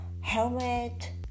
helmet